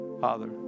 Father